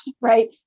right